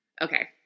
Okay